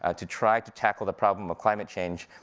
ah to try to tackle the problem of climate change,